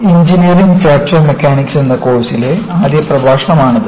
engineering fracture mechanics എന്ന കോഴ്സിലെ ആദ്യ പ്രഭാഷണമാണിത്